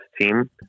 team